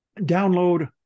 download